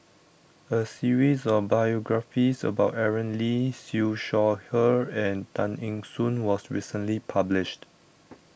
a series of biographies about Aaron Lee Siew Shaw Her and Tay Eng Soon was recently published